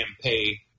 pay